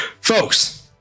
Folks